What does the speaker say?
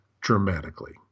dramatically